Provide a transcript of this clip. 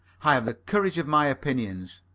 i have the courage of my opinions.